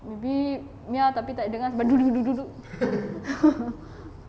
maybe meow tapi tak dengar sebab